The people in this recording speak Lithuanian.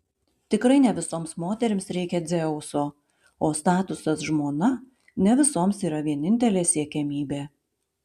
tikrai ne visoms moterims reikia dzeuso o statusas žmona ne visoms yra vienintelė siekiamybė